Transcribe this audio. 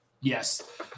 yes